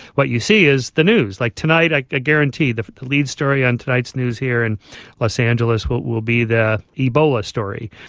what you see is the news. like tonight i guarantee the the lead story on tonight's news here in los angeles will will be the ebola story.